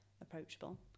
approachable